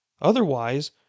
Otherwise